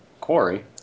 quarry